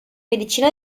medicina